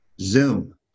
zoom